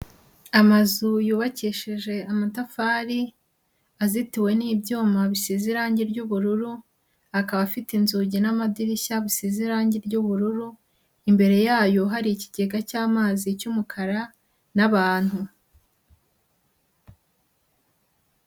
Amazu yubakishije amatafari azitiwe n'ibyuma bisize irangi ry'ubururu, akaba afite inzugi n'amadirishya bisize irangi ry'ubururu, imbere yayo hari ikigega cy'amazi cy'umukara n'abantu.